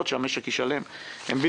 אני מצפה שבישיבת הכספים הקרובה שאני מתכוון